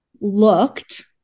looked